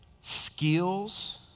skills